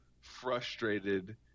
frustrated